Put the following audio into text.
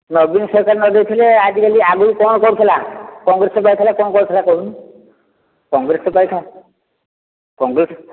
ନବୀନ ସରକାର ନ ଦେଇଥିଲେ ଆଜିକାଲି ଆଗରୁ କ'ଣ କରୁଥିଲା କଂଗ୍ରେସ ଯେଉଁ ଥିଲା କ'ଣ କରୁଥିଲା କହୁନୁ କଂଗ୍ରେସ କଂଗ୍ରେସ